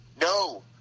no